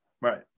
Right